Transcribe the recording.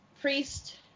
Priest